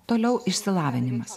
toliau išsilavinimas